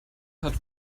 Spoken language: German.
hat